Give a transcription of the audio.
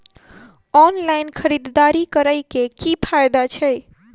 Online खरीददारी करै केँ की फायदा छै?